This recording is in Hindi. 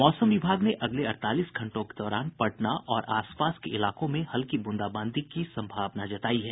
मौसम विभाग ने अगले अड़तालीस घंटों के दौरान पटना और आसपास के इलाकों में हल्की ब्रंदाबांदी की संभावना जतायी है